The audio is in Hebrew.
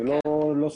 אני לא סגור.